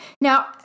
Now